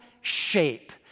SHAPE